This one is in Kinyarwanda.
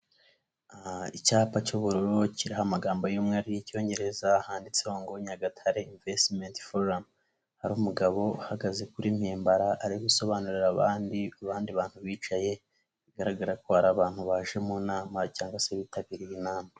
Icyapa cy'ubururu kiriho amagambo y'umweru y'icyongereza handitseho ngo Nyagatare invesitimenti foramu, hari umugabo uhagaze kuri mpimbara ari gusobanurira abandi, abandi bantu bicaye bigaragara ko hari abantu baje mu nama cyangwa se bitabiriye iyi nama.